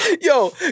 Yo